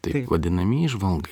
taip vadinamieji žvalgai